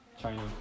China